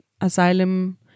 asylum